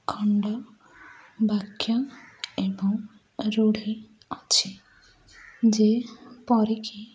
ଖଣ୍ଡ ବାକ୍ୟ ଏବଂ ରୂଢ଼ି ଅଛି ଯେପରିକି